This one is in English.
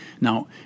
Now